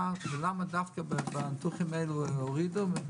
הזו ולמה דווקא בניתוחים האלו הורידו מחירים.